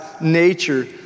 nature